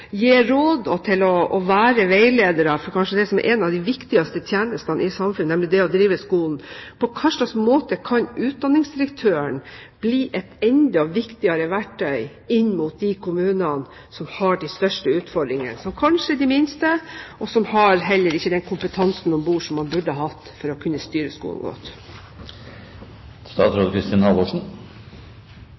råd, og til å være veiledere for det som kanskje er en av de viktigste tjenestene i samfunnet, nemlig det å drive skolen: På hvilken måte kan utdanningsdirektøren bli et enda viktigere verktøy inn mot de kommunene – kanskje de minste – som har de største utfordringene, og som heller ikke har den kompetansen om bord som man burde hatt for å kunne styre skolen godt?